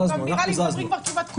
נראה לי שאנחנו מדברים כבר כמעט כל יום.